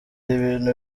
ibintu